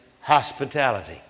hospitality